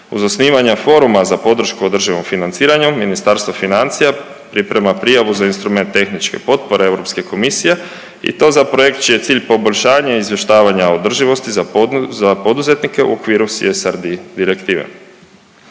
Uz osnivanje foruma za podršku održivom financiranju Ministarstvo financija priprema prijavu za instrument tehničke potpore Europske komisije i to za projekt čiji je cilj poboljšanje izvještavanja održivosti za poduzetnike u okviru CSRD direktive.